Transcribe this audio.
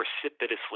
precipitously